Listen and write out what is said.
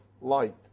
light